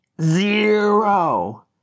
zero